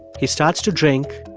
he starts to drink,